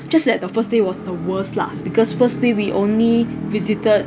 just that the first day was the worst lah because first day we only visited